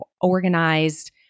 organized